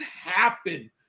happen